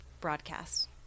broadcast